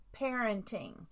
Parenting